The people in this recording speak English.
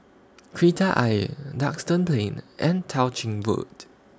Kreta Ayer Duxton Plain and Tao Ching Road